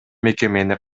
мекемени